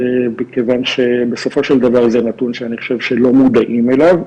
מכיוון שבסופו של דבר זה נתון שאני חושב שלא מודעים אליו,